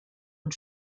und